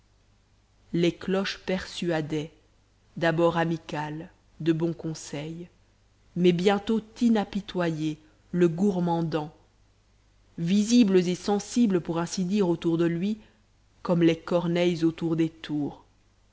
les cloches persuadaient d'abord amicales de bon conseil mais bientôt inapitoyées le gourmandant visibles et sensibles pour ainsi dire autour de lui comme les corneilles autour des